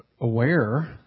aware